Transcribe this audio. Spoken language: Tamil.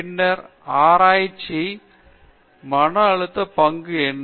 பின்னர் ஆராய்ச்சி மன அழுத்தம் பங்கு என்ன